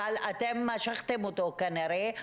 אבל אתם משכתם אותו כנראה,